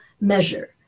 measure